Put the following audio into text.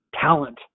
talent